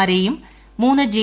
മാരെയും മൂന്ന് ജെ